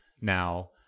now